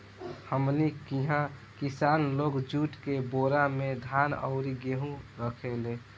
हमनी किहा किसान लोग जुट के बोरा में धान अउरी गेहू रखेले